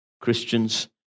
Christians